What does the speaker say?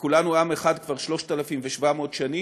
וכולנו עם אחד כבר 3,700 שנים,